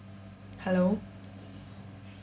hello